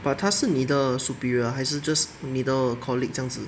but 她是你的 superior 还是 just 你的 colleague 这样子